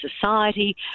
society